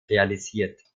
realisiert